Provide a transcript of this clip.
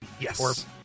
Yes